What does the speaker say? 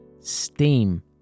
steam